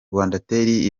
rwandatel